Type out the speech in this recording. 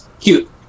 Cute